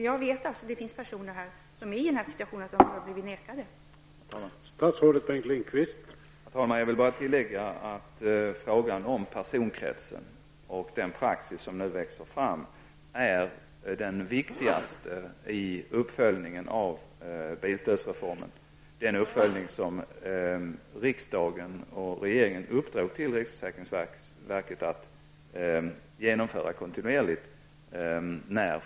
Jag vet att det finns personer som är i den situationen att de har blivit nekade bilstöd.